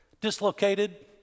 Dislocated